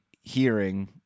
hearing